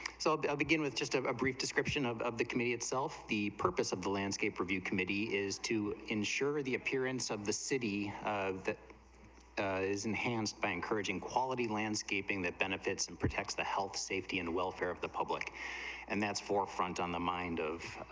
so the begin with just a brief description of of the committee itself the purpose of the landscape review committee is to ensure the appearance of the city of that that is enhanced by encouraging quality landscaping that benefits and protects the health safety and welfare of the public and that's forefront on the mind of,